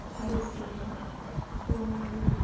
அரிசி